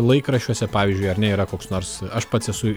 laikraščiuose pavyzdžiui ar ne yra koks nors aš pats esu